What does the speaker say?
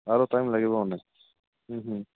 আৰু টাইম লাগিব মানে